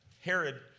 Herod